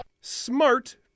Smart